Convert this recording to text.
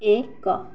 ଏକ